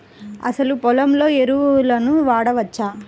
అసలు పొలంలో ఎరువులను వాడవచ్చా?